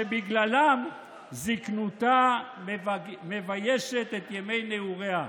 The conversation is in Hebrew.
שבגללם זקנותה מביישת את ימי נעוריה?